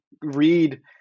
read